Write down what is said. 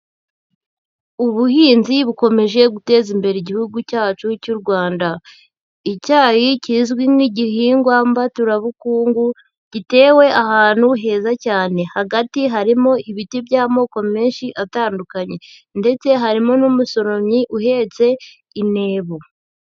Ubuhinzi bukomeje guteza imbere Igihugu cyacu cy'u Rwanda, icyayi kizwi nk'igihingwa mbaturabukungu gitewe ahantu heza cyane, hagati harimo ibiti by'amoko menshi atandukanye ndetse harimo n'umusoromyi uhetse intebo.